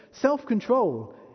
Self-control